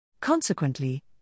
Consequently